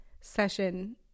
session